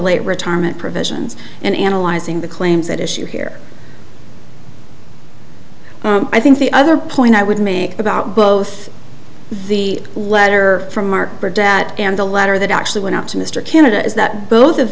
late retirement provisions and analyzing the claims that issue here i think the other point i would make about both the letter from mark bird that and the letter that actually went out to mr canada is that both of